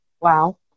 wow